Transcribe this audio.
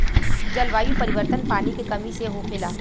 जलवायु परिवर्तन, पानी के कमी से होखेला